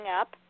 up